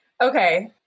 okay